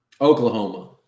Oklahoma